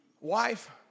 wife